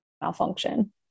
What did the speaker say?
malfunction